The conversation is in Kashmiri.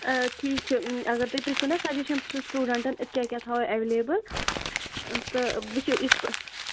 آ ٹھیٖک چھُ اگر تُہۍ پِرٛژھِو نا سَجَشَن تہِ چھُو سِٹوٗڈنٛٹَن أسۍ کیٛاہ کیٛاہ تھاوَو اٮ۪ولیبٕل تہٕ وٕچھِو یِتھ پٲٹھۍ